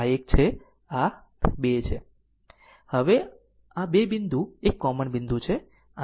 હવે આ બે બિંદુ એક કોમન બિંદુ છે